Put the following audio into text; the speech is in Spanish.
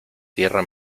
tierra